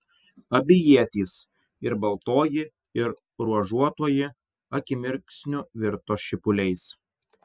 abi ietys ir baltoji ir ruožuotoji akimirksniu virto šipuliais